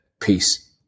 Peace